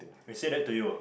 they say that to you